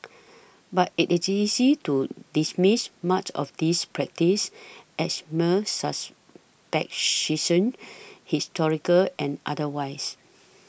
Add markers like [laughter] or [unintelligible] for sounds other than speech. but it is easy to dismiss much of these practices as mere [unintelligible] historical and otherwise